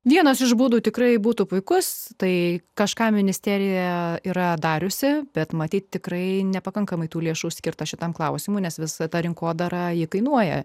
vienas iš būdų tikrai būtų puikus tai kažkam ministerija yra dariusi bet matyt tikrai nepakankamai tų lėšų skirta šitam klausimui nes visa ta rinkodara ji kainuoja